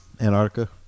Antarctica